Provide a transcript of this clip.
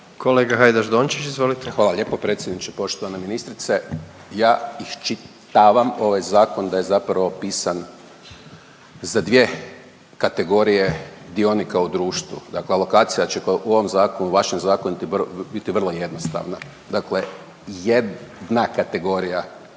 **Hajdaš Dončić, Siniša (SDP)** Hvala lijepo predsjedniče. Poštovana ministrice. Ja iščitavam ovaj zakon da je zapravo pisan za dvije kategorije dionika u društvu, dakle alokacija će u ovom zakonu u vašem zakonu biti vrlo jednostavna, dakle jedna kategorija su